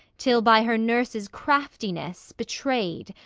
till by her nurse's craftiness betrayed,